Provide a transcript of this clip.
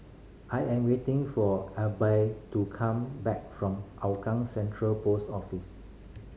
I am waiting for Alby to come back from Hougang Central Post Office